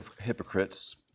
hypocrites